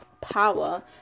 power